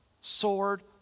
sword